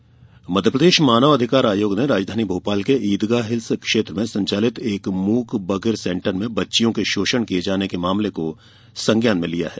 आयोग संज्ञान मध्यप्रदेश मानव अधिकार आयोग ने राजधानी भोपाल के ईदगाह हिल्स क्षेत्र में संचालित एक मूक बधिर सेंटर में बच्चियों के शोषण किए जाने के मामले को संज्ञान में लिया है